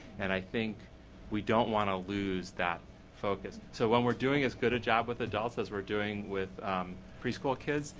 and i think we don't want to lose that focus. so when we are doing as good a job with adults as we are doing with preschool kids,